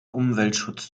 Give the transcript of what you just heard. umweltschutz